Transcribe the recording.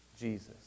Jesus